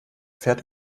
fährt